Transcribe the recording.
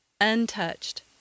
untouched